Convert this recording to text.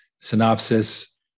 synopsis